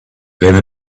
became